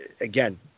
again